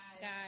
guys